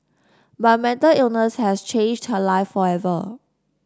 but mental illness has changed her life forever